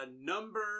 Number